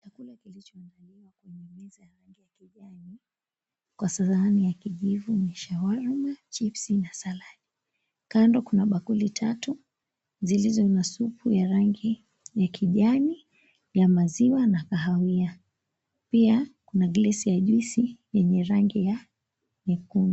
Chakula kilichoandaliwa kwenye meza ya rangi ya kijani kwa sahani ya kijivu ni shawarma, chipsi na saladi. Kando kuna bakuli tatu zilizo na supu ya rangi ya kijani ya maziwa na kahawia. Pia kuna glasi ya juisi yenye rangi ya nyekundu.